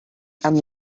and